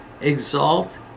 Exalt